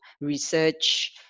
research